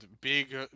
Big